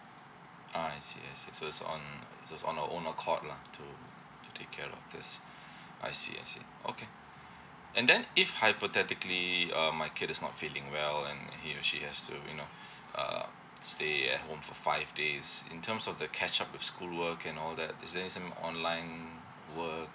ah I see I see so it's on so it's on uh own accord lah to to take care of this I see I see okay and then if hypothetically uh my kid is not feeling well and he or she has to you know uh stay at home for five days in terms of the catch up with school work and all that is there any online work